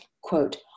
Quote